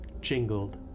jingled